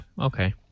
okay